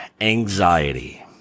anxiety